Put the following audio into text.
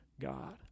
God